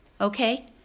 Okay